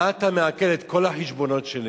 מה אתה מעקל את כל החשבונות שלי